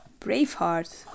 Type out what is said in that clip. Braveheart